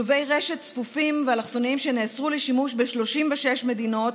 כלובי רשת צפופים ואלכסוניים שנאסרו לשימוש ב-36 מדינות,